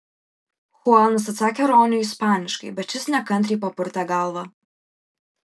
chuanas atsakė roniui ispaniškai bet šis nekantriai papurtė galvą